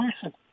person